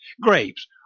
Grapes